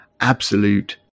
absolute